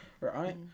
Right